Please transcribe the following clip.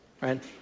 right